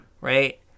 Right